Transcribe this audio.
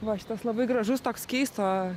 va šitas labai gražus toks keisto